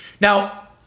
Now